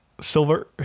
silver